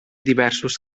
diversos